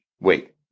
Wait